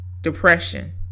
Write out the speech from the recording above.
depression